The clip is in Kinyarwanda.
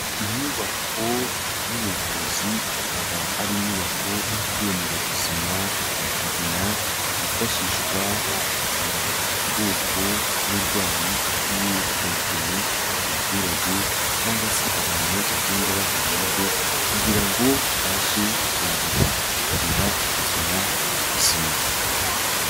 Inyubako y'ubuvuzi ikaba ari inyubako ikigo nderabuzima cya Kigina yifashishwa mu kuvura ubwoko bw'uburwayi bugiye butandukanye, abaturage cyangwa se abantu bagenda bahura na bwo kugira ngo babashe kongera kugira ubuzima buzima.